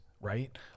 right